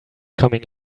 coming